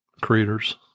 creators